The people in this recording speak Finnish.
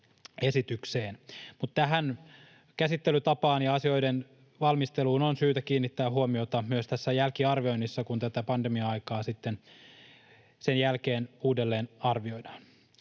tähän käsittelytapaan ja asioiden valmisteluun on syytä kiinnittää huomiota myös jälkiarvioinnissa, kun tätä pandemia-aikaa sitten sen jälkeen uudelleen arvioidaan.